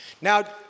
Now